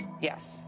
Yes